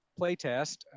playtest